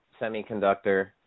semiconductor